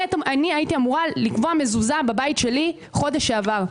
אני הייתי אמורה לקבוע מזוזה בבית שלי בחודש שעבר.